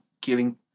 killing